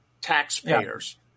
taxpayers